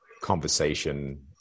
conversation